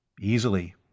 Easily